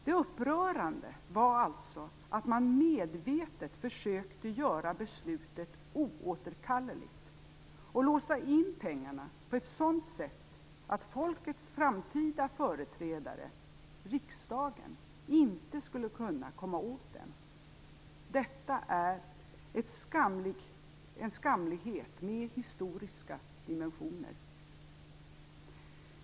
Det upprörande var alltså att man medvetet försökte göra beslutet oåterkalleligt och låsa in pengarna på ett sådant sätt att folkets framtida företrädare, riksdagen, inte skulle kunna komma åt dem. Detta är en skamlighet med historiska dimensioner.